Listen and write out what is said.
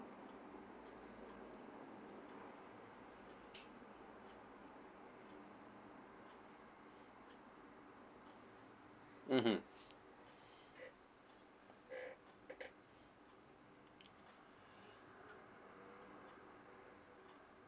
mmhmm